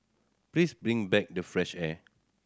please bring back the fresh air